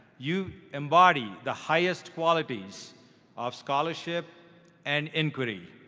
you embody the highest qualities of scholarship and inquiry.